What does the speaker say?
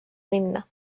minna